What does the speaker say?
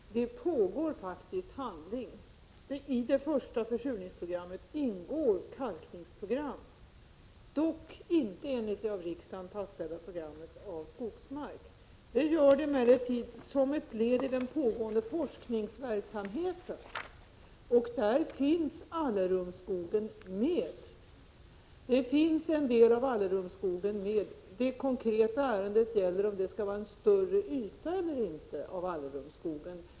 Herr talman! Det pågår faktiskt handling. I det första försurningsprogrammet ingår kalkning — dock inte, enligt det av riksdagen fastställda programmet, av skogsmark. Detta ingår emellertid som ett led i den pågående forskningsverksamheten, och där finns även en del av Allerumsskogen. Det konkreta ärendet gäller om det skall vara en större yta eller inte av Allerumsskogen.